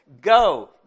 Go